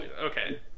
okay